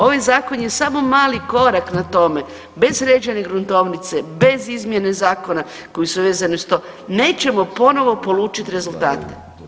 Ovaj zakon je samo mali korak na tome, bez sređene gruntovnice, bez izmjene zakona koji su vezani uz to nećemo ponovo polučit rezultate.